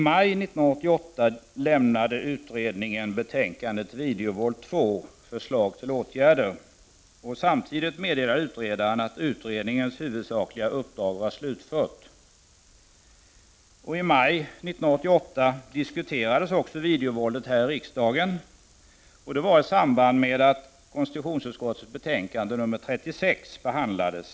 Samtidigt meddelade utredaren att utredningens huvudsakliga = Prot. 1989/90:26 uppdrag var slutfört. 15 november 1989 I maj 1988 diskuterades också videovåldet här i riksdagen. Det skedde i samband med att konstitutionsutskottets betänkande nr 36 behandlades.